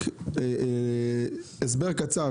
הסבר קצר,